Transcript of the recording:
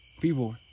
People